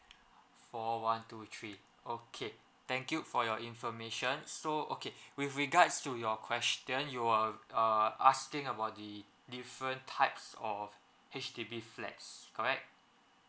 four one two three okay thank you for your information so okay with regards to your question you are err asking about the different types or H_D_B flats correct